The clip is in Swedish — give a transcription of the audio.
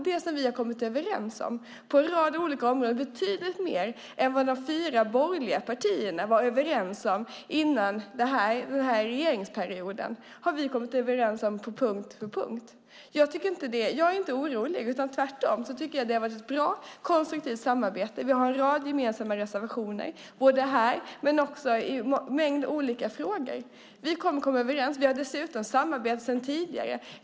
Det vi har kommit överens om på en rad olika områden, betydligt mer än vad de fyra borgerliga partierna var överens om innan den här regeringsperioden, har vi kommit överens om på punkt efter punkt. Jag är inte orolig; tvärtom tycker jag att det har varit ett bra och konstruktivt samarbete. Vi har en rad gemensamma reservationer här och i en mängd olika frågor. Vi kommer att komma överens. Vi har dessutom samarbete sedan tidigare.